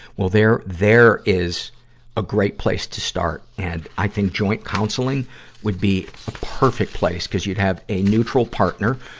well, there, there is a great place to start, and i think joint counseling would be a perfect place, cuz you'd have a neutral partner,